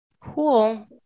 Cool